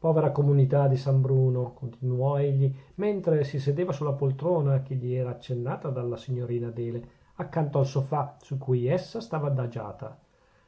povera comunità di san bruno continuò egli mentre si sedeva sulla poltrona che gli era accennata dalla signorina adele accanto al sofà su cui essa stava adagiata